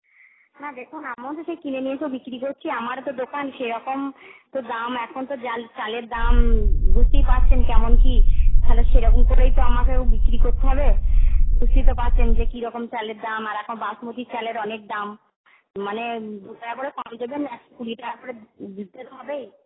না দেখুন আমরাও তো সেই কিনে নিয়ে এসেও বিক্রি করছি আমারও তো দোকান সেরকম তো দাম এখন তো জাল চালের দাম বুঝতেই পারছেন কেমন কি তাহলে সেরকম করেই তো আমাকেও বিক্রি করতে হবে বুঝতেই তো পারছেন যে কীরকম চালের দাম আর এখন বাসমতী চালের অনেক দাম মানে দু টাকা করে পাঁচ ডজন একশো কুড়ি টাকা করে দিতে তো হবেই